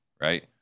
right